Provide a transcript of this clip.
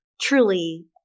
truly